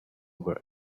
were